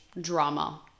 drama